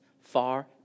far